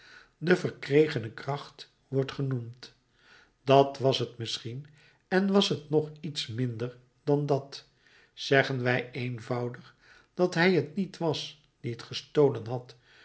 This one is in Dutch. de verkregene kracht wordt genoemd dat was t en misschien was t nog iets minder dan dat zeggen wij eenvoudig dat hij t niet was die gestolen had